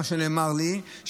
לפי מה שנאמר לי,